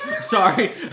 Sorry